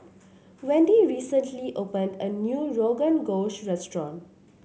Wendy recently opened a new Rogan Josh restaurant